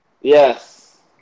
Yes